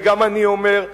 וגם אני אומר,